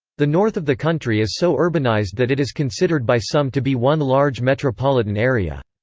the north of the country is so urbanised that it is considered by some to be one large metropolitan area.